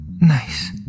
nice